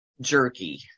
jerky